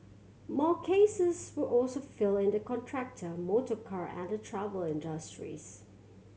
more cases were also filed in the contractor motorcar and the travel industries